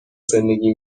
زندگی